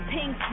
Pink